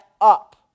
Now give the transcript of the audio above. up